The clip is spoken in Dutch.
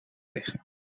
liggen